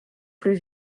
plus